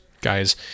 guys